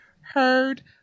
heard